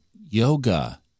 yoga